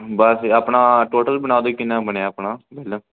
ਬਸ ਆਪਣਾ ਟੋਟਲ ਬਣਾ ਦਿਓ ਕਿੰਨਾ ਬਣਿਆ ਆਪਣਾ